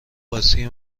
باتری